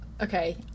okay